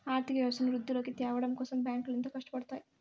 ఆర్థిక వ్యవస్థను వృద్ధిలోకి త్యావడం కోసం బ్యాంకులు ఎంతో కట్టపడుతాయి